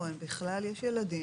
יש ילדים,